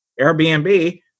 Airbnb